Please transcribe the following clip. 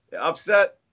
Upset